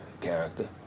character